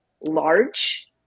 large